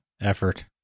effort